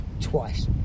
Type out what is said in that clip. twice